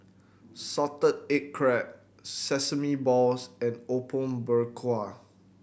salted egg crab sesame balls and Apom Berkuah